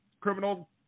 criminal